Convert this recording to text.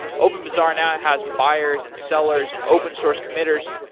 openbazaar now has buyers and sellers and open source committers,